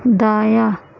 دایاں